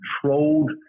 controlled